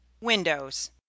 Windows